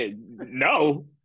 no